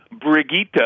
Brigitte